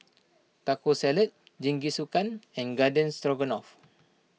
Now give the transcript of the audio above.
Taco Salad Jingisukan and Garden Stroganoff